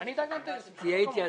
אני בעד המשטרה.